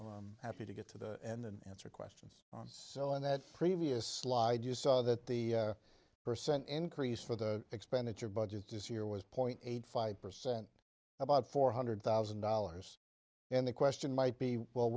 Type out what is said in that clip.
e happy to get to the end an answer quickly so on that previous slide you saw that the per cent increase for the expenditure budget this year was point eight five percent about four hundred thousand dollars and the question might be well